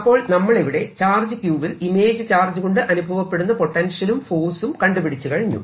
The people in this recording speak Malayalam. അപ്പോൾ നമ്മളിവിടെ ചാർജ് q വിൽ ഇമേജ് ചാർജ് കൊണ്ട് അനുഭവപ്പെടുന്ന പൊട്ടൻഷ്യലുംഫോഴ്സും കണ്ടുപിടിച്ചു കഴിഞ്ഞു